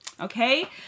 Okay